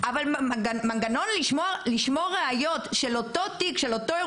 אבל כבר יש מנגנון לשמור ראיות של אותו אירוע.